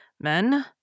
Men